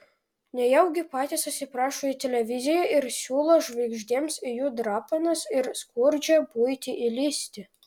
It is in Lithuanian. nejaugi patys įsiprašo į televiziją ir siūlo žvaigždėms į jų drapanas ir skurdžią buitį įlįsti